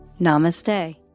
Namaste